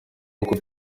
kuko